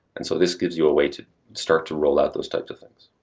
and so this gives you a way to start to rollout those types of things.